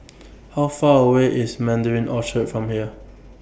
How Far away IS Mandarin Orchard from here